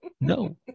No